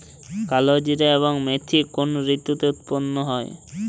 কালোজিরা এবং মেথি কোন ঋতুতে উৎপন্ন হয়?